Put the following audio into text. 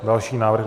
Další návrh.